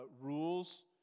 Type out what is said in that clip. rules